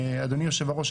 אדוני היושב-ראש,